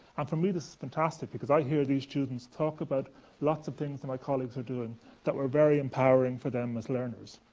and for me, this is fantastic, because i hear these students talk about lots of things that my colleagues are doing that were were very empowering for them as learners.